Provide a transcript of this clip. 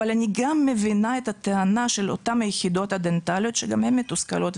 אבל אני גם מבינה את הטענה של אותן היחידות הדנטליות שגם הן מתוסכלות.